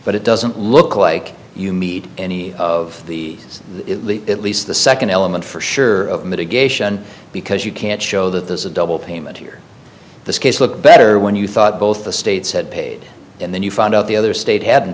but it doesn't look like you meet any of the at least the second element for sure mitigation because you can't show that there's a double payment here this case looked better when you thought both the states had paid and then you found out the other state hadn't